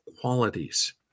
qualities